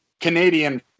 Canadian